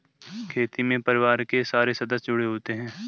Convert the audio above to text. खेती में परिवार के सारे सदस्य जुड़े होते है